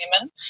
women